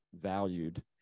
valued